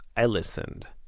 i listened.